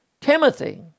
Timothy